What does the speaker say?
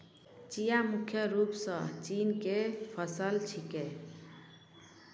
चिया मुख्य रूप सॅ चीन के फसल छेकै